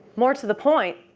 more to the point,